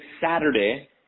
Saturday